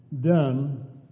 done